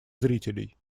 зрителей